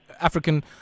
African